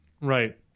Right